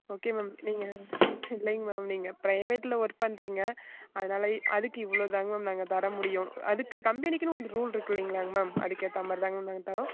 okay ma'am நீங்கள் இல்லைங்க ma'am நீங்கள் ப்ரைவேட்டில் ஒர்க் பண்ணுறீங்க அதனால அதற்கு இவ்ளோதாங்க மேம் நாங்கள் தர முடியும் அதற்கு கம்பெனிக்குன்னு ஒரு ரூல்ருக்கு இல்லிங்ளாங்க மேம் அதற்கேத்த மார்தாங்க மேம் தரோம்